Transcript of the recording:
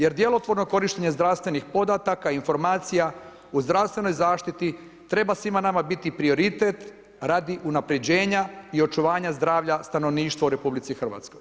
Jer djelotvorno korištenje zdravstvenih podataka, informacija o zdravstvenoj zaštiti treba svima nama biti prioritet radi unapređenja i očuvanja zdravlja stanovništva u RH.